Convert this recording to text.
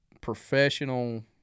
professional